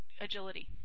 agility